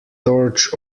torch